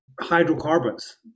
hydrocarbons